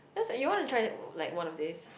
that's like you wanna try that like one of this